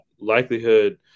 likelihood